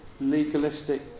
legalistic